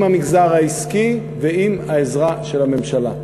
עם המגזר העסקי ועם העזרה של הממשלה.